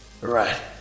Right